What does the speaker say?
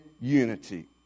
unity